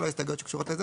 ההסתייגויות הקשורות לזה,